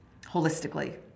holistically